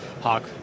Hawk